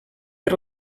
per